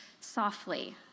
softly